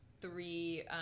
three